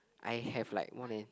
I have like more than